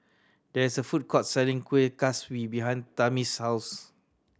there is a food court selling Kuih Kaswi behind Tami's house